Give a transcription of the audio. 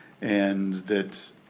and that